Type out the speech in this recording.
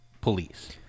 police